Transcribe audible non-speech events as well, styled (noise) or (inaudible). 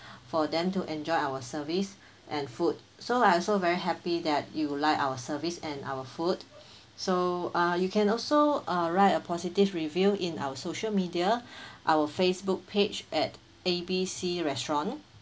for them to enjoy our service and food so I also very happy that you like our service and our food so uh you can also uh write a positive review in our social media (breath) our Facebook page at A B C restaurant